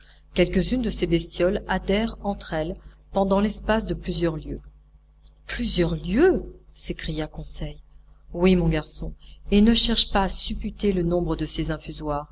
quelques-unes de ces bestioles adhèrent entre elles pendant l'espace de plusieurs lieues plusieurs lieues s'écria conseil oui mon garçon et ne cherche pas à supputer le nombre de ces